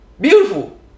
beautiful